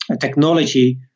technology